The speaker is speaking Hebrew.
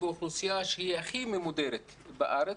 באוכלוסייה שהיא הכי ממודרת בארץ.